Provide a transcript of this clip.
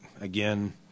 again